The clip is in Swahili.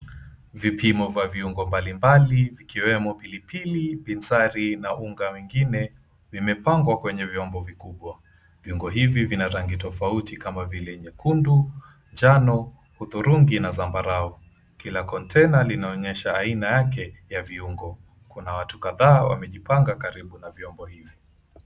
Vipimo vya viungo mbalimbali, vikiwemo pilipili, bizari, na unga wengine vimepangwa kwenye vyombo vikubwa. Viungo hivi vina rangi tofauti kama vile nyekundu, njano, hudhurungi na zambarau. Kila container linaonyesha aina yake ya viungo. Kuna watu kadhaa wamejipanga karibu na vyombo hivi.